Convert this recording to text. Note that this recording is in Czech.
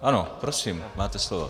Ano, prosím, máte slovo.